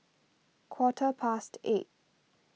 quarter past eight